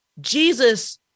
Jesus